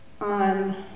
on